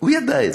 הוא ידע את זה.